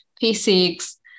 physics